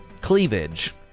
cleavage